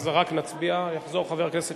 ההחלטה בדבר טעות